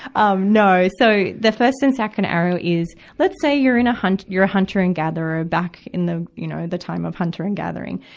um no. so, the first and second arrow is, let's say you're in a hunt, you're a hunter and gatherer back in the, you know, the time of hunter and gathering.